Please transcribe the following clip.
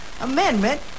amendment